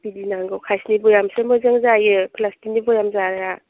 बिदि नांगौ कासनि भयेमसो मोजां जायो प्लास्टिकनि भयाम जाया